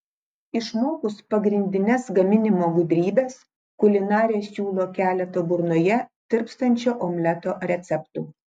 išmokus pagrindines gaminimo gudrybes kulinarė siūlo keletą burnoje tirpstančio omleto receptų